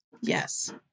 Yes